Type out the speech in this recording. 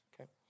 okay